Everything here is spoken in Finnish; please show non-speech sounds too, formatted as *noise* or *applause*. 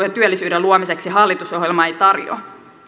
*unintelligible* ja työllisyyden luomiseksi hallitusohjelma ei tarjoa